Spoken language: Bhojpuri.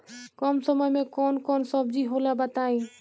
कम समय में कौन कौन सब्जी होला बताई?